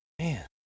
man